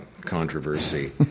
controversy